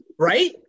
Right